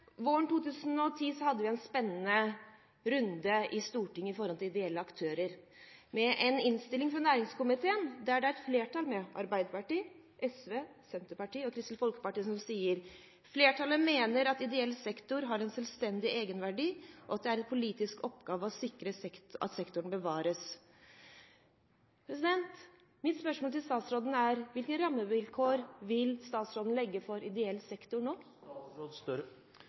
2010 hadde vi en spennende runde i Stortinget om ideelle aktører, med en innstilling fra næringskomiteen der et flertall, Arbeiderpartiet, SV, Senterpartiet og Kristelig Folkeparti, sa: «Flertallet mener at ideell sektor har en selvstendig egenverdi, og at det er en politisk oppgave å sikre at sektoren bevares.» Mitt spørsmål til statsråden er: Hvilke rammevilkår vil statsråden legge for ideell sektor nå?